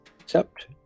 accept